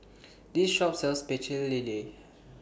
This Shop sells Pecel Lele